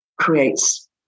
creates